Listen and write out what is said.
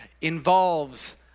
involves